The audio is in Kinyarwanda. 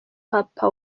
papa